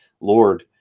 Lord